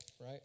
right